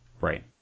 Right